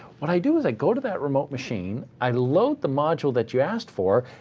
what i do is i go to that remote machine. i load the module that you asked for,